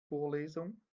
vorlesung